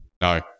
no